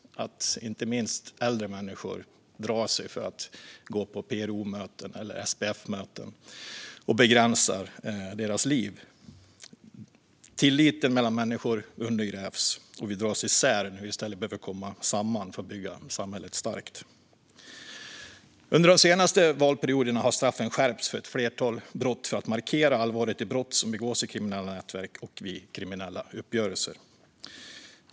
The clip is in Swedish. Inte minst äldre människor drar sig för att gå på PRO-möten eller SBF-möten, vilket begränsar deras liv. Tilliten mellan människor undergrävs, och vi dras isär när vi i stället behöver komma samman för att bygga samhället starkt. Under de senaste valperioderna har straffen skärpts för ett flertal brott för att markera allvaret i brott som begås i kriminella nätverk och vid kriminella uppgörelser.